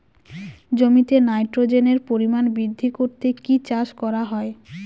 জমিতে নাইট্রোজেনের পরিমাণ বৃদ্ধি করতে কি চাষ করা হয়?